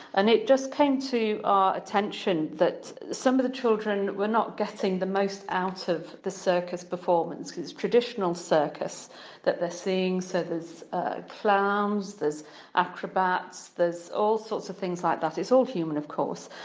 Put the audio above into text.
and it just came to our attention that some of the children were not getting the most out of the circus performance because it's traditional circus that they're seeing, so there's ah clowns, there's acrobats, there's all sorts of things like that, it's all human of course,